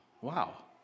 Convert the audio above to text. Wow